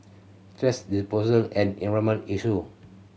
thrash disposal's an environmental issue